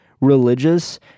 religious